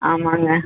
ஆமாங்க